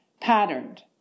patterned